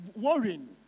Worrying